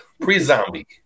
pre-zombie